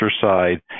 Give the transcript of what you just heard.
side